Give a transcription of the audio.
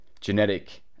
genetic